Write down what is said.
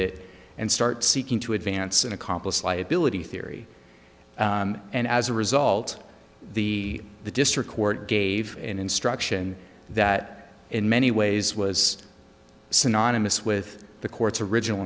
ot and start seeking to advance an accomplice liability theory and as a result the the district court gave an instruction that in many ways was synonymous with the court's original